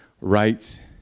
right